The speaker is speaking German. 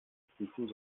prüfung